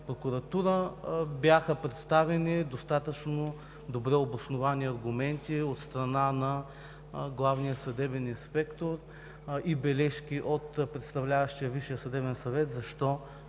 прокуратура. Бяха представени достатъчно добре обосновани аргументи от страна на главния съдебен инспектор и бележки от представляващия Висшия